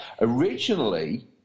Originally